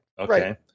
Okay